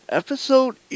episode